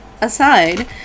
aside